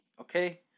okay